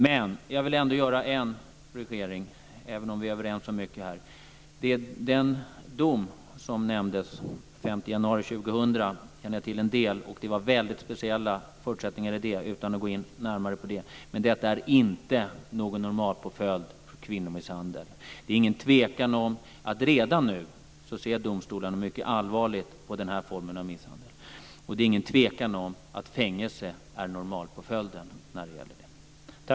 Men jag vill ändå göra en korrigering, även om vi är överens om mycket här. Den dom som nämndes - den 5 januari år 2000 - känner jag till en del om. Jag kan, utan att gå in närmare på det, säga att det var väldigt speciella förutsättningar i detta fall. Men detta är inte någon normalpåföljd för kvinnomisshandel. Det är ingen tvekan om att domstolarna redan nu ser mycket allvarligt på den här formen av misshandel, och det är ingen tvekan om att fängelse är normalpåföljden i fråga om detta.